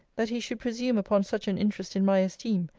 that he should presume upon such an interest in my esteem,